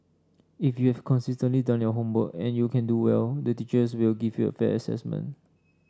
if you've consistently done your homework and you can do well the teachers will give you a fair assessment